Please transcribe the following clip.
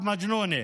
מלחמה משוגעת,)